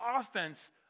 offense